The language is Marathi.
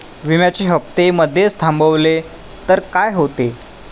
विम्याचे हफ्ते मधेच थांबवले तर काय होते?